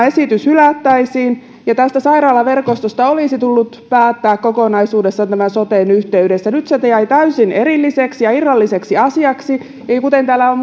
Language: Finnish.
esitys hylättäisiin sairaalaverkostosta olisi tullut päättää kokonaisuudessaan tämän soten yhteydessä nyt se jäi täysin erilliseksi ja irralliseksi asiaksi ja kuten täällä on